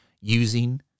using